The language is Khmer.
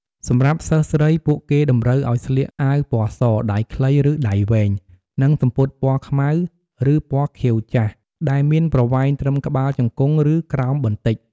សម្រាប់សិស្សស្រី ពួកគេតម្រូវឲ្យស្លៀកអាវពណ៌ស ដៃខ្លី ឬដៃវែង និងសំពត់ពណ៌ខ្មៅ ឬពណ៌ខៀវចាស់ ដែលមានប្រវែងត្រឹមក្បាលជង្គង់ ឬក្រោមបន្តិច។